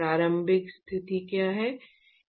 प्रारंभिक स्थिति क्या है